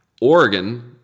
Oregon